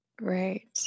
Right